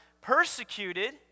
persecuted